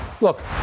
Look